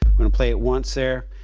going to play it once there.